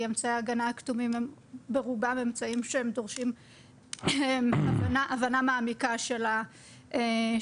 אמצעי ההגנה הכתובים הם ברובם אמצעים שדורשים הבנה מעמיקה של האביזר.